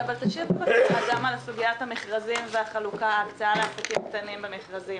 אבל תשיב בבקשה גם על סוגיית המכרזים וההקצאה לעסקים קטנים במכרזים,